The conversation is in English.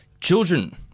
children